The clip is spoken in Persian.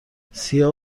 سیاه